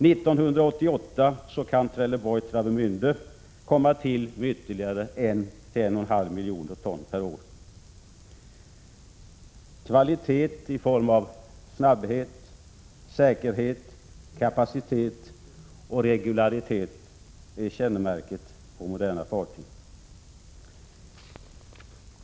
1988 kan kapacitet för ytterligare 1-1,5 miljoner ton per år komma till på sträckan Trelleborg-Travemände. Kvalitet i form av snabbhet, säkerhet, kapacitet och regularitet är kännemärket för moderna fartyg.